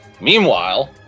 Meanwhile